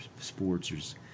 sports